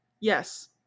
yes